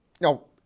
No